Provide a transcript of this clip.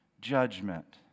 judgment